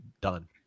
done